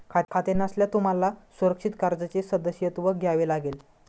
खाते नसल्यास तुम्हाला सुरक्षित कर्जाचे सदस्यत्व घ्यावे लागेल